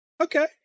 Okay